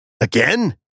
Again